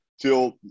till